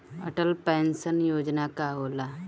Atal pension योजना का होला?